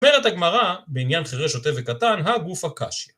אומרת הגמרא בעניין חירש, שוטה וקטן - הא גופא קשיא.